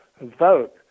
vote